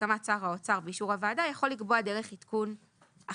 בהסכמת שר האוצר ובאישור הוועדה יכול לקבוע דרך עדכון אחרת.